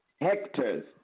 hectares